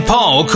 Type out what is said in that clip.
Paul